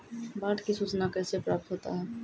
बाढ की सुचना कैसे प्राप्त होता हैं?